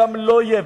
גם לא יהיה,